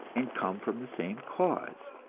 and come from the same cause.